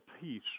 peace